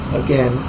again